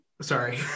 sorry